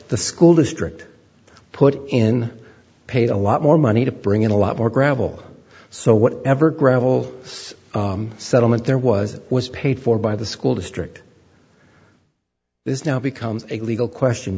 the school district put in paid a lot more money to bring in a lot more gravel so whatever gravel settlement there was it was paid for by the school district is now becomes a legal question